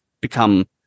become